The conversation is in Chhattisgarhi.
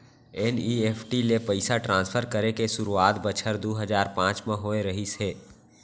एन.ई.एफ.टी ले पइसा ट्रांसफर करे के सुरूवात बछर दू हजार पॉंच म होय रहिस हे